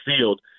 field